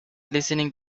listening